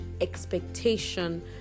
expectation